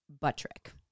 Buttrick